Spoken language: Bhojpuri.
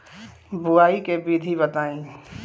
बुआई के विधि बताई?